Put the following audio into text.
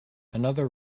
another